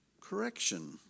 correction